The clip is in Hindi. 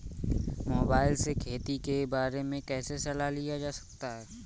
मोबाइल से खेती के बारे कैसे सलाह लिया जा सकता है?